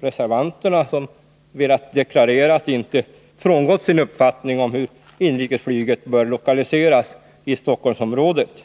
reservanterna, som velat deklarera att de inte frångått sin uppfattning om hur inrikesflyget bör lokaliseras i Stockholmsområdet.